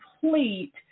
complete